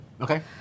Okay